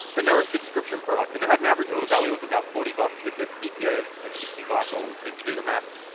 and they're a subscription product, and i had an average order value of about forty dollars with a cpa of of sixty five dollars. if you do the math,